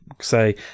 say